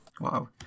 Wow